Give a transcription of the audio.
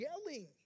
yelling